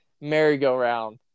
merry-go-round